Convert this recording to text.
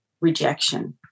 rejection